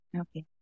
Okay